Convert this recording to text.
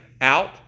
out